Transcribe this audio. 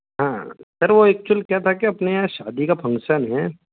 हाँ सर वह एक्चुअल क्या था कि अपने यहाँ शादी का फंक्शन है